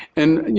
and, and